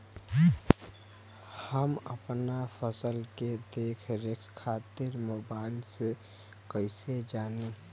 हम अपना फसल के देख रेख खातिर मोबाइल से कइसे जानी?